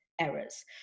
errors